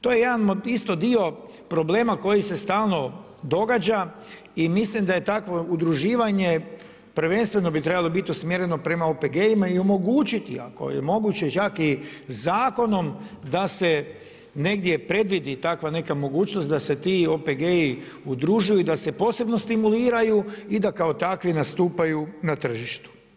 To je jedan isto dio problema koji se stalno događa i mislim da je takvo udruživanje prvenstveno bi trebalo usmjereno prema OPG-ima i omogućiti ako je moguće čak i zakonom da se negdje predvidi tako neka mogućnost da se ti OPG-i udružuju i da se posebno stimuliraju i da kao takvi nastupaju na tržištu.